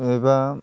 एबा